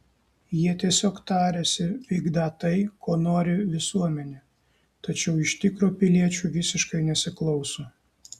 jie tiesiog tariasi vykdą tai ko nori visuomenė tačiau iš tikro piliečių visiškai nesiklauso